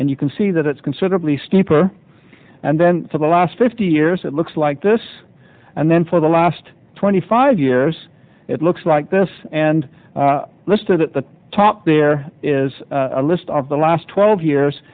and you can see that it's considerably steeper and then for the last fifty years it looks like this and then for the last twenty five years it looks like this and listed at the top there is a list of the last twelve years